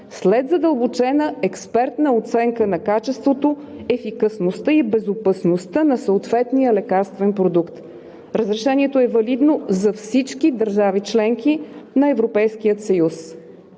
след задълбочена експертна оценка на качеството, ефикасността и безопасността на съответния лекарствен продукт. Разрешението е валидно за всички държави – членки на Европейския съюз.